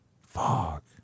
Fuck